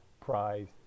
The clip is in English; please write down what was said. prize